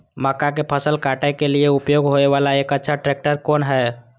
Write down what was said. मक्का के फसल काटय के लिए उपयोग होय वाला एक अच्छा ट्रैक्टर कोन हय?